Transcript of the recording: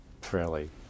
fairly